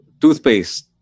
toothpaste